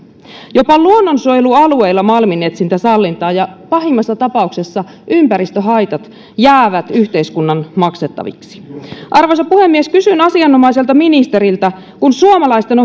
jopa luonnonsuojelualueilla malminetsintä sallitaan ja pahimmassa tapauksessa ympäristöhaitat jäävät yhteiskunnan maksettaviksi arvoisa puhemies kysyn asianomaiselta ministeriltä kun suomalaisten